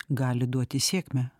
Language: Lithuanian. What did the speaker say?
gali duoti sėkmę